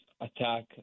attack